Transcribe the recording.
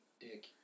Dick